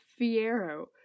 Fiero